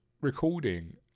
recording